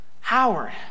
Howard